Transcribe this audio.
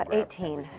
um eighteen.